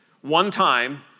one-time